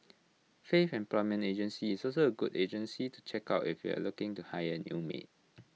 faith employment agency is also A good agency to check out if you are looking to hire A new maid